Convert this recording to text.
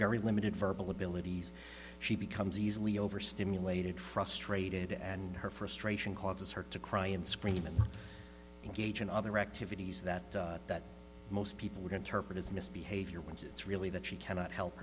very limited verbal abilities she becomes easily overstimulated frustrated and her frustration causes her to cry and scream and engage in other activities that that most people are going to target as misbehavior when it's really that she cannot help